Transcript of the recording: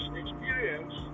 experience